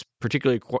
particularly